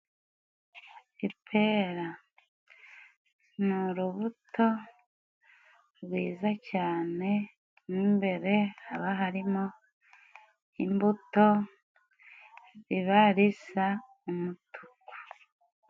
Ipera ni urubuto rwiza cyane mo imbere haba harimo imbuto riba risa umutuku.